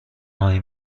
هایی